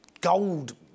gold